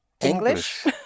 English